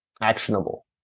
actionable